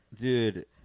dude